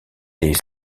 des